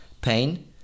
pain